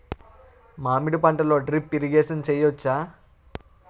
మామిడి పంటలో drip irrigation చేయచ్చా?